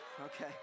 Okay